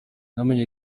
namenye